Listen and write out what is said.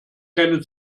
keine